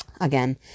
again